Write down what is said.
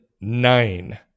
Nine